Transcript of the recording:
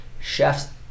chef's